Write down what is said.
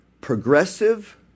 progressive